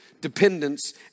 dependence